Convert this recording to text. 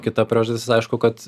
kita priežastis aišku kad